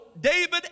David